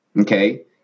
okay